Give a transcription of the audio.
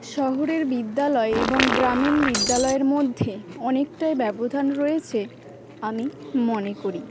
শহরের বিদ্যালয় এবং গ্রামীণ বিদ্যালয়ের মধ্যে অনেকটাই ব্যবধান রয়েছে আমি মনে করি